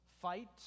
fight